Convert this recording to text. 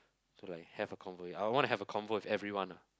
to like have a convo ya I wanna have convo with everyone ah